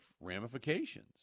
ramifications